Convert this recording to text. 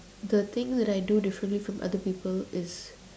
the thing that I do differently from other people is